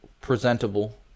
presentable